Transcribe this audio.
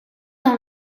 dans